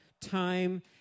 time